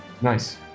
Nice